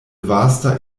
vasta